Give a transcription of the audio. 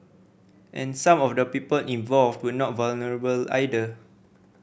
and some of the people involved would not vulnerable either